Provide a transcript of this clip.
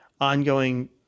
ongoing